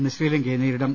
ഇന്ന് ശ്രീലങ്കയെ നേരിടും